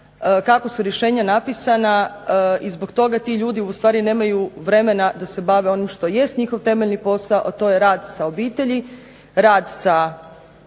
kako su rješenja napisana, i zbog toga ti ljudi ustvari nemaju vremena da se bave onim što jest njihov temeljni posao, a to je rad sa obitelji, rad sa